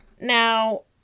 Now